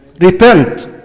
repent